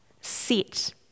sit